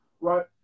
right